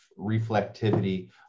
reflectivity